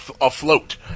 afloat